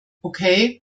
okay